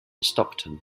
stockton